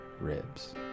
ribs